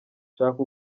shaka